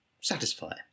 satisfy